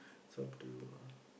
it's up to you lah